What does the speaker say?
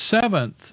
seventh